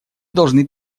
должны